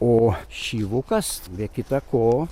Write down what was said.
o šyvukas be kita ko